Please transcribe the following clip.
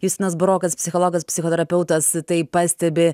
justinas burokas psichologas psichoterapeutas tai pastebi